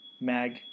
Mag